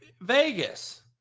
Vegas